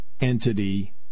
entity